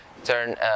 turn